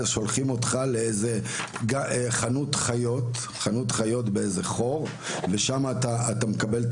שולחים אותך לאיזה חנות חיות באיזה חור ושם אתה מקבל את